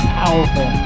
powerful